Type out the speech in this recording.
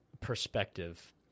perspective